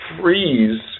freeze